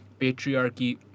patriarchy